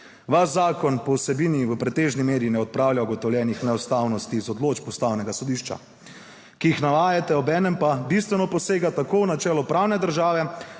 Vaš zakon po vsebini v pretežni meri ne odpravlja ugotovljenih neustavnosti iz odločb Ustavnega sodišča, ki jih navajate. Obenem pa bistveno posega tako v načelo pravne države